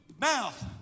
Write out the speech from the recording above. mouth